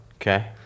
Okay